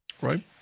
right